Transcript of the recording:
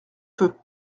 feu